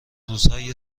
روزهای